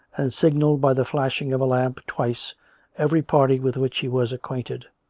and signalled by the flashing of a lamp twice every party with which he was acquainted,